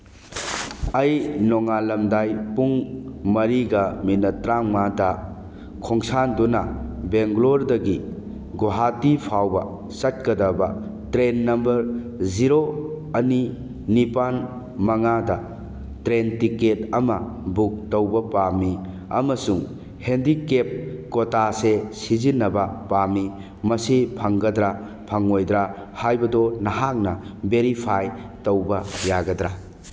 ꯑꯩ ꯅꯣꯡꯉꯥꯜꯂꯝꯗꯥꯏ ꯄꯨꯡ ꯃꯔꯤꯒ ꯃꯤꯅꯠ ꯇꯔꯥꯃꯉꯥꯗ ꯈꯣꯡꯁꯥꯟꯗꯨꯅ ꯕꯦꯒ꯭ꯂꯣꯔꯗꯒꯤ ꯒꯣꯍꯥꯇꯤ ꯐꯥꯎꯕ ꯆꯠꯀꯗꯕ ꯇ꯭ꯔꯦꯟ ꯅꯝꯕꯔ ꯖꯤꯔꯣ ꯑꯅꯤ ꯅꯤꯄꯥꯜ ꯃꯉꯥꯗ ꯇ꯭ꯔꯦꯟ ꯇꯤꯛꯀꯦꯠ ꯑꯃ ꯕꯨꯛ ꯇꯧꯕ ꯄꯥꯝꯃꯤ ꯑꯃꯁꯨꯡ ꯍꯦꯟꯗꯤꯀꯦꯞ ꯀꯣꯇꯥꯁꯦ ꯁꯤꯖꯤꯟꯅꯕ ꯄꯥꯝꯃꯤ ꯃꯁꯤ ꯐꯪꯒꯗ꯭ꯔ ꯐꯪꯉꯣꯏꯗ꯭ꯔ ꯍꯥꯏꯕꯗꯨ ꯅꯍꯥꯛꯅ ꯚꯦꯔꯤꯐꯥꯏ ꯇꯧꯕ ꯌꯥꯒꯗ꯭ꯔ